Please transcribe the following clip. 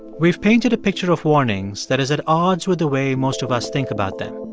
we've painted a picture of warnings that is at odds with the way most of us think about them.